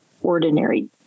ordinary